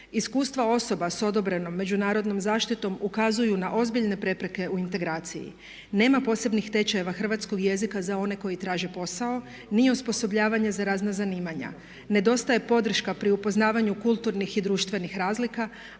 Iskustva osoba sa odobrenom međunarodnom zaštitom ukazuju na ozbiljne prepreke u integraciji. Nema posebnih tečajeva hrvatskog jezika za one koji traže posao, ni osposobljavanje za razna zanimanja. Nedostaje podrška pri upoznavanju kulturnih i društvenih razlika,